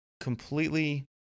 completely